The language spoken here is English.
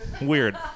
weird